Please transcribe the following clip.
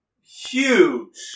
huge